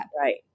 Right